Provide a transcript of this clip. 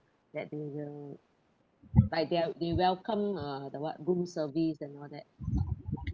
that they uh by their they welcome uh the what room service and all that